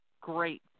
great